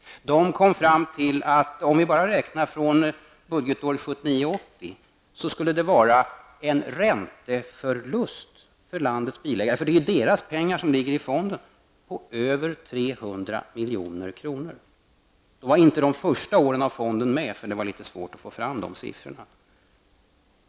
Man kom fram till att den räknat från budgetåret 1979/80 skulle innebära en ränteförlust för landets bilägare -- och det är ju deras pengar som ligger i fonden -- på över 300 milj.kr. Och då är siffrorna för de första åren med den här fonden inte med. Det var nämligen litet svårt att få fram de siffrorna.